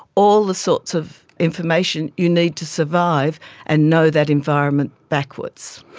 all the sorts of information you need to survive and know that environment backwards.